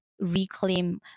reclaim